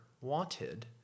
wanted